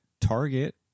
Target